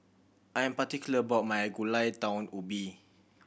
I am particular about my Gulai Daun Ubi